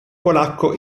polacco